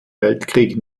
weltkrieg